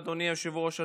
אדוני היושב-ראש,